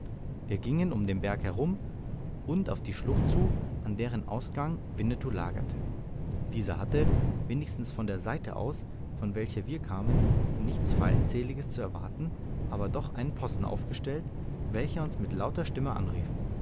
wir gingen um den berg herum und auf die schlucht zu an deren ausgange winnetou lagerte dieser hatte wenigstens von der seite aus von welcher wir kamen nichts feindseliges zu erwarten aber doch einen posten ausgestellt welcher uns mit lauter stimme anrief